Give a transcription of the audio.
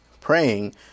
praying